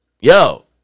yo